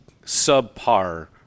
subpar